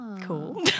cool